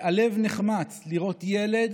והלב נחמץ לראות ילד